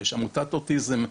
יש עמותת אוטיזם.